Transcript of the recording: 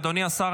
אדוני השר,